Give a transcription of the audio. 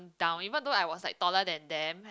down even though I was like taller than them